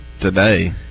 today